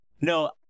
No